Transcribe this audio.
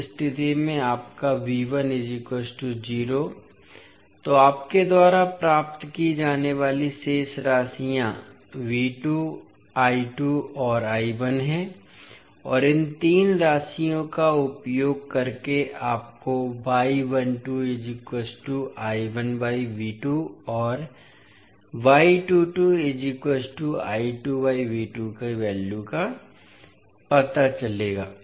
उस स्थिति में आपका इसलिए आपके द्वारा प्राप्त की जाने वाली शेष राशियां और हैं और इन तीन राशियों का उपयोग करके आपको और का वैल्यू पता चलेगा